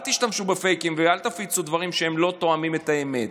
אל תשתמשו בפייק ואל תפיצו דברים שלא תואמים את האמת.